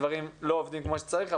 הדברים לא עובדים כפי שצריך.